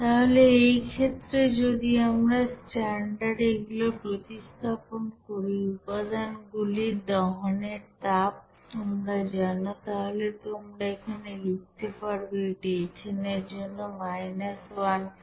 তাহলে এই ক্ষেত্রে যদি আমরা স্ট্যান্ডার্ড এগুলো প্রতিস্থাপন করি উপাদানগুলির দহনের তাপ তোমরা জানো তাহলে তোমরা এখানে লিখতে পারবে এটা হবে ইথেনের জন্য 15599